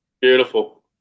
Beautiful